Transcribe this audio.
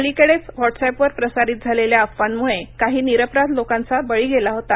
अलीकडेच व्हौटस् अँपवर प्रसारित झालेल्या अफवांमुळे काही निरपराध लोकांचा बळी गेला होता